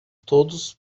todos